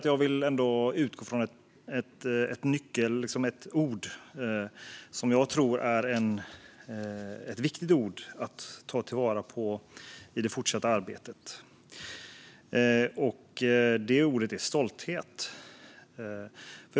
Jag vill utgå från ett nyckelord, som jag tror är ett viktigt ord att ta till vara i det fortsatta arbetet: stolthet.